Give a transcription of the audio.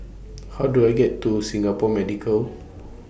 How Do I get to Singapore Medical